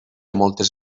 moltes